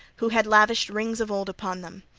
who had lavished rings of old upon them.